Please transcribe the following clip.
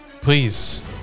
Please